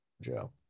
Joe